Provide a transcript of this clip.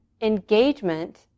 engagement